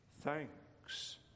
thanks